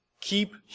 keep